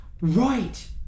Right